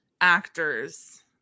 actors